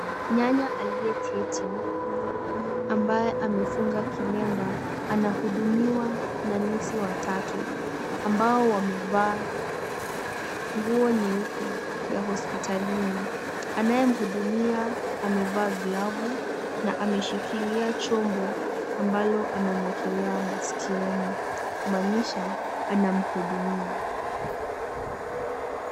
Nyanya aliyeketi, ambaye amefunga kilemba anahudumiwa na nesi watatu ambao wamevaa nguo nyeupe ya hosiptalini, anayemhudumia amevaa glavu na ameshikilia chombo ambalo amemwekelea maskioni, kumaanisha anamhudumia.